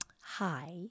hi